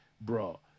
bro